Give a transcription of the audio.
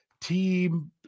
team